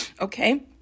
okay